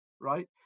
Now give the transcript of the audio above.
right